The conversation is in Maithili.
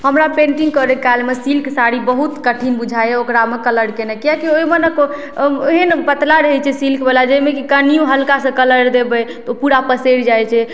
हमरा पेन्टिंग करै कालमे सिल्क साड़ी बहुत कठिन बुझाइए ओकरामे कलर केने किया कि ओइमे न एहेन पतला रहै छै सिल्कबला जइमे कि कनियो हलका से कलर देबै तऽ ओ पूरा पसैर जाइ छै